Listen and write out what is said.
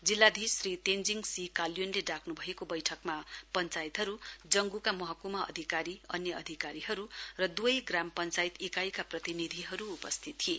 जिल्लाधीश श्री तेञ्जिङ सी काल्योनले डाक्न् भएको बैठकमा पञ्चायतहरू जंग्का महक्मा अधिकारी अन्य अधिकारीहरू र दुवै ग्राम पञ्चायत इकाइका प्रतिनिधिहरू उपस्थित थिए